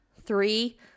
three